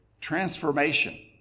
transformation